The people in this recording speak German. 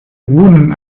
runen